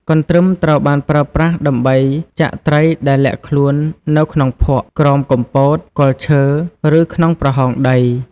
កន្ទ្រឹមត្រូវបានប្រើប្រាស់ដើម្បីចាក់ត្រីដែលលាក់ខ្លួននៅក្នុងភក់ ក្រោមគុម្ពោត គល់ឈើ ឬក្នុងប្រហោងដី។